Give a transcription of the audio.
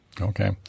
okay